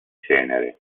cenere